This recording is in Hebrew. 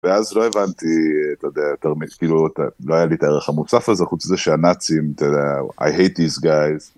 ואז לא הבנתי, אתה יודע, כאילו לא היה לי את הערך המוסף הזה, חוץ מזה שהנאצים, אתה יודע, אני שונא את האנשים האלה.